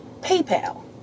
paypal